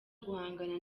guhangana